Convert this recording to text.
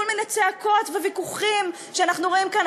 מיני צעקות וויכוחים שאנחנו רואים כאן,